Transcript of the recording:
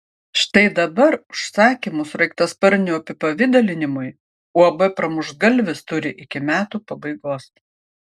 štai dabar užsakymų sraigtasparnių apipavidalinimui uab pramuštgalvis turi iki metų pabaigos